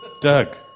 Doug